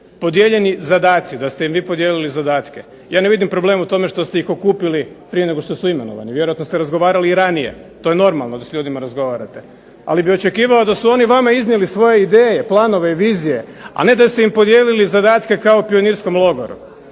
podijeljeni zadaci, da ste im vi podijelili zadatke. Ja ne vidim problem u tome što ste ih okupili prije nego što su imenovani. Vjerojatno ste razgovarali i ranije. To je normalno da s ljudima razgovarate, ali bih očekivao da su oni vama iznijeli svoje ideje, planove i vizije, a ne da ste im podijelili zadatke kao pionirskom logoru.